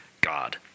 God